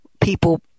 people